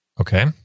Okay